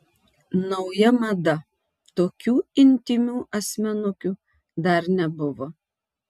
nauja mada tokių intymių asmenukių dar nebuvo